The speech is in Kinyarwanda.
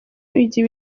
igihe